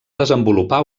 desenvolupar